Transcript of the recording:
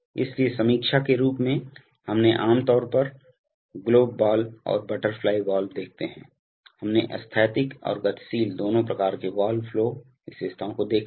इसलिए समीक्षा के रूप में हमने आमतौर पर ग्लोब बॉल और बटरफ्लाई वाल्व देखते हैं हमने स्थैतिक और गतिशील दोनों प्रकार के वाल्व फ्लो विशेषताओं को देखा है